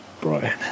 Brian